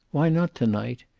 why not to-night?